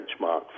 benchmark